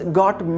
got